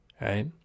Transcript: right